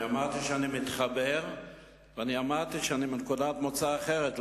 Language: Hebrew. אמרתי שאני מתחבר ושאני לא מרוצה מנקודת מוצא אחרת,